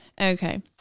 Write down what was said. Okay